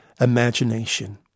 Imagination